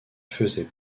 faisait